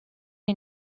est